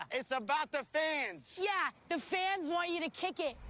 it's about the fans. yeah, the fans want you to kick it.